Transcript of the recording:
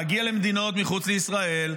להגיע למדינות מחוץ לישראל,